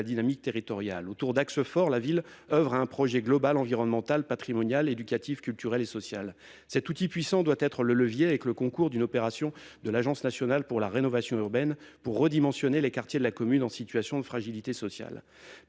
dynamique territoriale. Autour d'axes forts, la ville oeuvre à un projet global environnemental, patrimonial, éducatif, culturel et social. Cet outil puissant doit être un levier, avec le concours d'une opération de l'Agence nationale pour la rénovation urbaine, pour redimensionner les quartiers de la commune en situation de fragilité sociale.